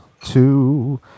two